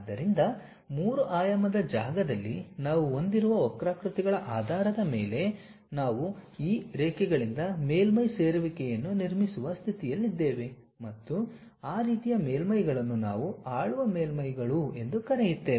ಆದ್ದರಿಂದ 3 ಆಯಾಮದ ಜಾಗದಲ್ಲಿ ನಾವು ಹೊಂದಿರುವ ವಕ್ರಾಕೃತಿಗಳ ಆಧಾರದ ಮೇಲೆ ನಾವು ಈ ರೇಖೆಗಳಿಂದ ಮೇಲ್ಮೈ ಸೇರುವಿಕೆಯನ್ನು ನಿರ್ಮಿಸುವ ಸ್ಥಿತಿಯಲ್ಲಿದ್ದೇವೆ ಮತ್ತು ಆ ರೀತಿಯ ಮೇಲ್ಮೈಗಳನ್ನು ನಾವು ಆಳುವ ಮೇಲ್ಮೈಗಳು ಎಂದು ಕರೆಯುತ್ತೇವೆ